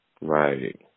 Right